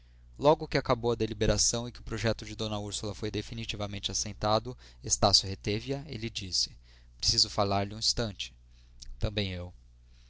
logo que acabou a deliberação e que o projeto de d úrsula foi definitivamente assentado estácio reteve a e lhe disse preciso falar-lhe um instante também eu